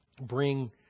bring